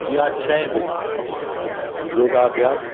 या छहे बजे योगा अभ्यास